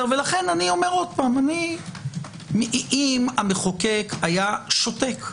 לכן אומר שוב - אם המחוקק היה שותק,